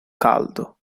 caldo